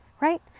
right